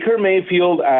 Mayfield